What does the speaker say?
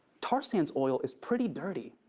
tar sands oil is pretty dirty.